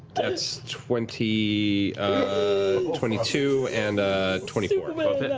that's twenty ah twenty two and ah twenty four.